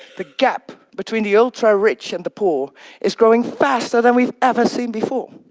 the gap between the ultra-rich and the poor is growing faster than we've ever seen before.